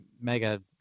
mega